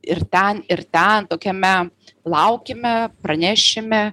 ir ten ir ten tokiame laukime pranešime